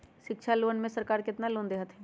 शिक्षा लोन में सरकार केतना लोन दे हथिन?